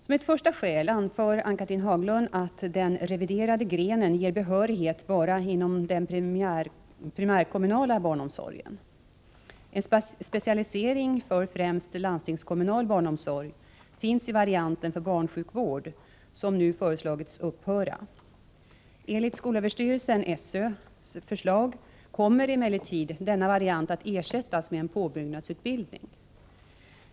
Som ett första skäl anför Ann-Cathrine Haglund att den reviderade grenen ger behörighet bara inom den primärkommunala barnomsorgen. En specialisering för främst landstingskommunal barnomsorg finns i varianten för barnsjukvård, som nu föreslagits upphöra. Enligt skolöverstyrelsens förslag kommer emellertid denna variant att ersättas med en påbyggnadsutbildning.